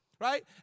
Right